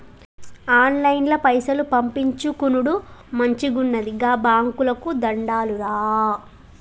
ఆన్లైన్ల పైసలు పంపిచ్చుకునుడు మంచిగున్నది, గా బాంకోళ్లకు దండాలురా